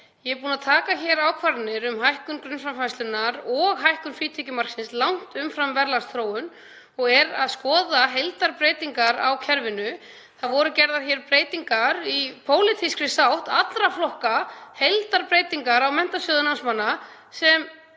Ég er búin að taka ákvarðanir um hækkun grunnframfærslunnar og hækkun frítekjumarksins langt umfram verðlagsþróun og er að skoða heildarbreytingar á kerfinu. Það voru gerðar hér breytingar í pólitískri sátt allra flokka, heildarbreytingar á Menntasjóði námsmanna, en